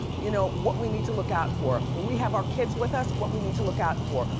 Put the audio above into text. you know what we need to look out for. when we have our kids with us, what we need to look out for.